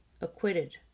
acquitted